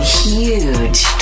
huge